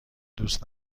دوست